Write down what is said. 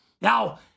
Now